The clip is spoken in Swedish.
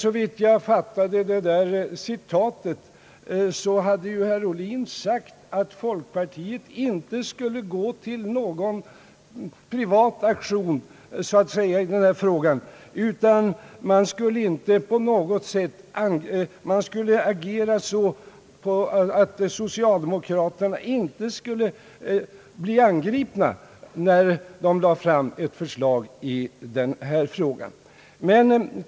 Om jag fattade citatet rätt, hade ju herr Ohlin sagt att folkpartiet inte skulle så att säga gå till någon privat aktion i den här frågan, dvs. folkpartiet skulle agera så att socialdemokraterna inte skulle bli angripna när de lade fram ett förslag om hyresregleringens avskaffande.